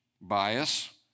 bias